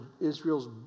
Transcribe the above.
Israel's